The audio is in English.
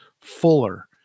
fuller